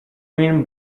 mean